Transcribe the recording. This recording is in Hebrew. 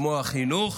כמו החינוך